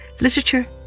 literature